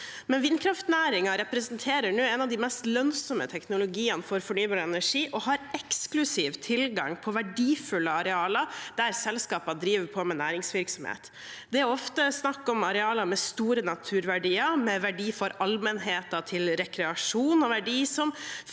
Vindkraftnæringen representerer nå en av de mest lønnsomme teknologiene for fornybar energi og har eksklusiv tilgang på verdifulle arealer der selskaper driver med næringsvirksomhet. Det er ofte snakk om arealer med store naturverdier, med verdi for allmennheten til rekreasjon og verdi som